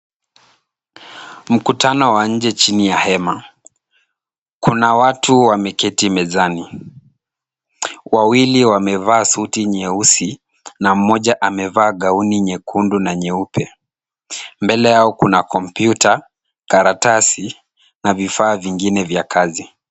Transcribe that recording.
Mkutano wa nje chini ya hema. Kuna watu wameketi mezani, wawili wamevaa suti nyeusi na mmoja amevaa gauni nyekundu na nyeupe. Mbele yao kuna kompyuta, karatasi na vifaa vingine vya kazi.